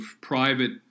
private